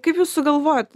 kaip jūs sugalvojot